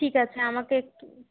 ঠিক আছে আমাকে একটু